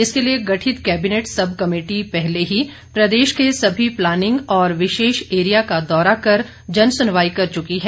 इसके लिए गठित कैबिनेट सब कमेटी पहले ही प्रदेश के सभी प्लानिंग और विशेष एरिया का दौरा कर जनसुनवाई कर चुकी है